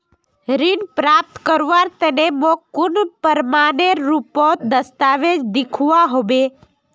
ऋण प्राप्त करवार तने मोक कुन प्रमाणएर रुपोत दस्तावेज दिखवा होबे?